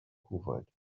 kuwait